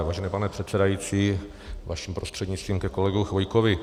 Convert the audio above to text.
Vážený pane předsedající, vaším prostřednictvím ke kolegovi Chvojkovi.